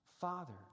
Father